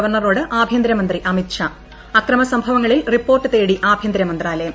ഗവർണറോട് ആഭ്യന്തരമന്ത്രി അമിത് ഷാ അക്രമ സംഭവങ്ങളിൽ റിപ്പോർട്ട് തേടി ആഭ്യന്തര മന്ത്രാലയം